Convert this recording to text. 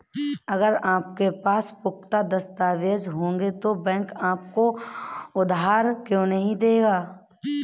अगर आपके पास पुख्ता दस्तावेज़ होंगे तो बैंक आपको उधार क्यों नहीं देगा?